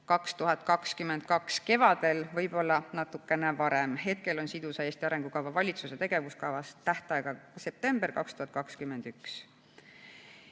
aasta kevadel, võib-olla natukene varem. Hetkel on sidusa Eesti arengukava valitsuse tegevuskavas tähtajaga september 2021.